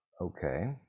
okay